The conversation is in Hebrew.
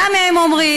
גם הם אומרים,